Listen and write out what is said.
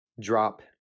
drop